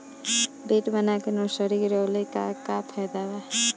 Bed बना के nursery गिरवले के का फायदा बा?